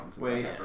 wait